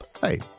Hey